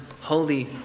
holy